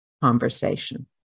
conversation